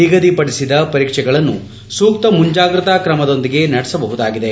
ನಿಗದಿಪಡಿಸಿದ ಪರೀಕ್ಷೆಗಳನ್ನು ಸೂಕ್ತ ಮುಂಜಾಗ್ರತಾ ಕ್ರಮದೊಂದಿಗೆ ನಡೆಸಬಹುದಾಗಿದೆ